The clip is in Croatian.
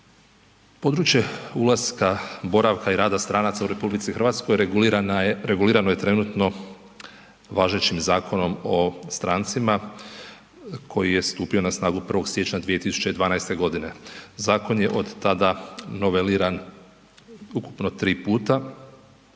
područje ulaska, boravka i rada stranaca u RH regulirano je trenutno važećim Zakonom o strancima koji je stupio na snagu 1. siječnja 2012. godine. Zakon je od tada noveliran ukupno 3 puta.